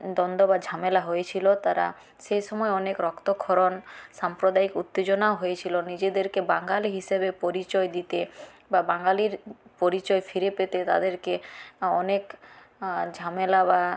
দ্বন্দ্ব বা ঝামেলা হয়েছিলো তারা সেসময় অনেক রক্তক্ষরণ সাম্প্রদায়িক উত্তেজনাও হয়েছিলো নিজেদেরকে বাঙালি হিসেবে পরিচয় দিতে বা বাঙালির পরিচয় ফিরে পেতে তাদেরকে অনেক ঝামেলা বা